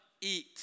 eat